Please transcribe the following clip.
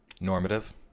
normative